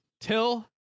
Till